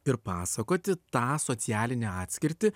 ir pasakoti tą socialinę atskirtį